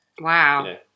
Wow